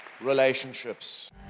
relationships